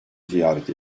ziyaret